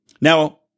Now